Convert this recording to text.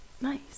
Nice